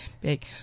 big